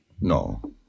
No